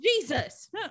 Jesus